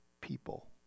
people